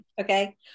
okay